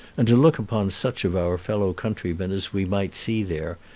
and to look upon such of our fellow-countrymen as we might see there,